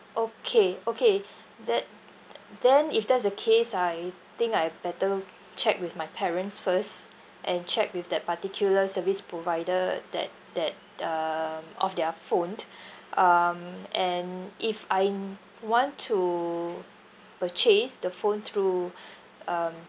okay okay that then if that's the case I think I better check with my parents first and check with that particular service provider that that um of their phone um and if I n~ want to purchase the phone through um